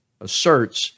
asserts